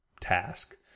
task